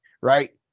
right